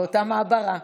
באותה מעברה.